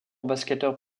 basketteur